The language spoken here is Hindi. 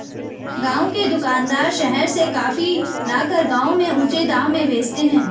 गांव के दुकानदार शहर से कॉफी लाकर गांव में ऊंचे दाम में बेचते हैं